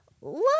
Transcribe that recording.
Love